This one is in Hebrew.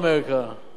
שעולים ארצה,